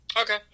Okay